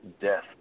death